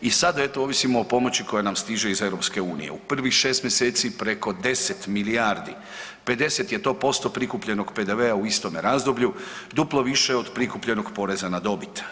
I sada eto ovisimo o pomoći koja nam stiže iz EU u prvih 6 mjeseci preko 10 milijardi, 50% je to prikupljenog PDV-a u prikupljenom razdoblju duplo više od prikupljenog poreza na dobit.